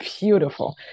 beautiful